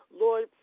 Lord